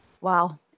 Wow